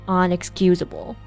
unexcusable